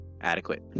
adequate